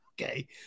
okay